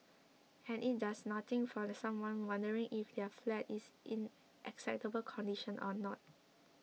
and it does nothing for someone wondering if their flat is in acceptable condition or not